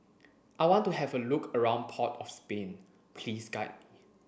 I want to have a look around Port of Spain Please guide me